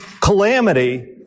calamity